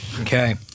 Okay